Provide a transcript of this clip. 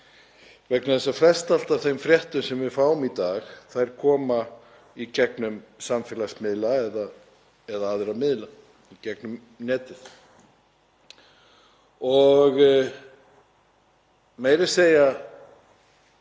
vegna þess að flestallar fréttir sem við fáum í dag koma í gegnum samfélagsmiðla eða aðra miðla í gegnum netið. Meira að segja